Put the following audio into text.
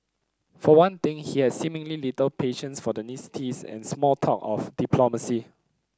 for one thing he had seemingly little patience for the and small talk of diplomacy